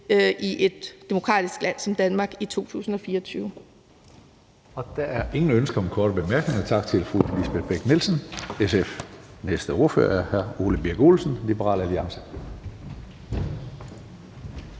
i et demokratisk land som Danmark i 2024.